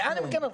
לאן הם כן הלכו?